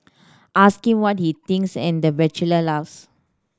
ask him what he thinks and the bachelor laughs